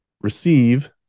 receive